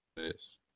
Yes